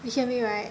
you hear me right